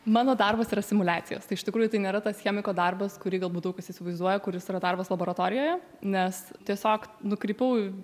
mano darbas yra simuliacijos tai iš tikrųjų tai nėra tas chemiko darbas kurį galbūt daug kas įsivaizduoja kuris yra darbas laboratorijoje nes tiesiog nukrypau